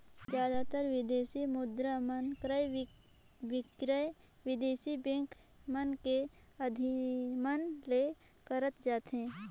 जादातर बिदेसी मुद्रा मन क्रय बिक्रय बिदेसी बेंक मन के अधिमन ले करत जाथे